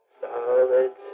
solid